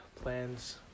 plans